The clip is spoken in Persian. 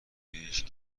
بهش